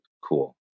Cool